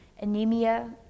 anemia